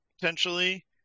potentially